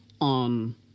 on